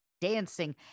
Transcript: dancing